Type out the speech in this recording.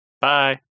bye